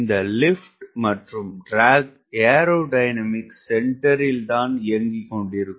இந்த லிப்ட் மற்றும் இழுவை ஏரோடைனமிக் சென்டரில் இயங்கிக்கொண்டிருக்கும்